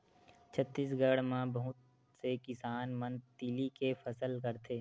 छत्तीसगढ़ म बहुत से किसान मन तिली के फसल करथे